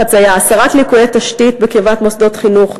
הסרת ליקויי תשתית בקרבת מוסדות חינוך,